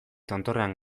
tontorrean